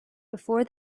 before